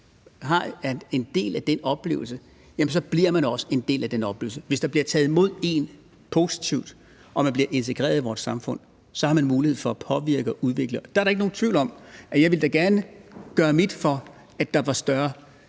er en del af den oplevelse, forbliver man også en del af den oplevelse. Hvis der bliver taget positivt imod en og man bliver integreret i vores samfund, så har vi mulighed for at påvirke og udvikle. Der er da ikke nogen tvivl om, at jeg da gerne vil gøre mit for, at opfattelsen